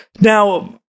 Now